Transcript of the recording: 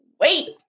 wait